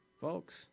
folks